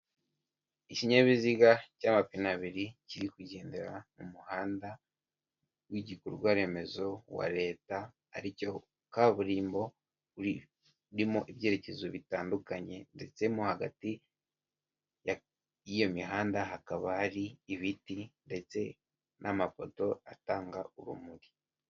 Ikinyabiziga cy'amapine abiri kiri kugendera mu muhanda w'igikorwa remezo wa leta ari cyo kaburimbo, urimo ibyerekezo bitandukanye ndetse mo hagati y'iyo mihanda hakaba hari ibiti ndetse n'amapoto atanga urumuri.